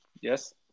yes